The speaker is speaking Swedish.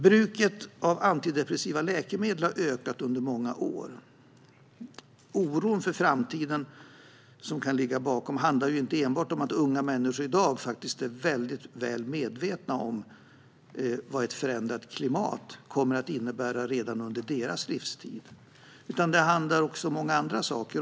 Bruket av antidepressiva läkemedel har ökat under många år. En oro för framtiden kan ligga bakom detta. Det handlar inte enbart om att unga människor i dag faktiskt är väl medvetna om vad ett förändrat klimat kommer att innebära redan under deras livstid, utan det handlar också om många andra saker.